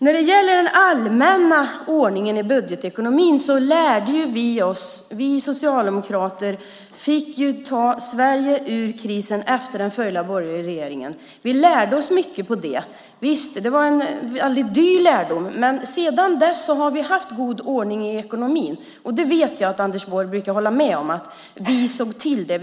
När det gäller den allmänna ordningen i budgetekonomin fick vi socialdemokrater ta Sverige ur krisen efter den förra borgerliga regeringen. Vi lärde oss mycket av det. Det var en mycket dyr lärdom. Men sedan dess har vi haft god ordning i ekonomin. Jag vet att Anders Borg brukar hålla med om att vi såg till det.